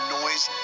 noise